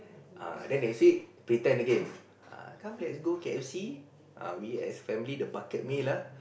ah then next week pretend again ah come let's go K_F_C ah we as family the bucket meal ah